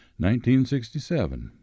1967